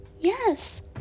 yes